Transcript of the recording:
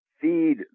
feed